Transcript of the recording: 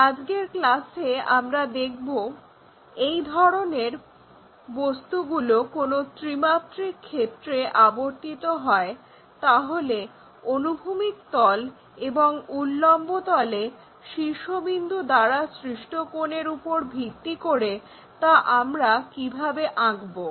আজকের ক্লাসে আমরা দেখব যদি এই ধরনের বস্তুগুলো কোনো ত্রিমাত্রিক ক্ষেত্রে আবর্তিত হয় তাহলে অনুভূমিক তল এবং উল্লম্ব তলে শীর্ষবিন্দু দ্বারা সৃষ্ট কোণের উপর ভিত্তি করে তা আমরা কিভাবে আঁকবো